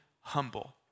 humble